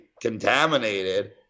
contaminated